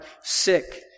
sick